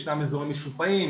ישנם אזורים משופעים,